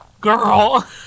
Girl